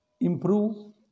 improve